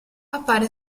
appare